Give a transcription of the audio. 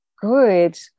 good